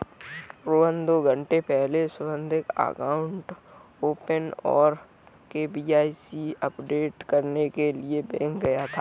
रोहन दो घन्टे पहले सेविंग अकाउंट ओपनिंग और के.वाई.सी अपडेट करने के लिए बैंक गया था